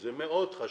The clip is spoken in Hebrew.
וזה מאוד חשוב,